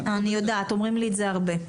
תודה, אני יודעת, אומרים לי את זה הרבה.